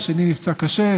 השני נפצע קשה,